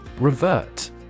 Revert